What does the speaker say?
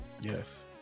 Yes